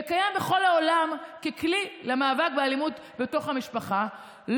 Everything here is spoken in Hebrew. וקיים בכל העולם ככלי למאבק באלימות בתוך המשפחה,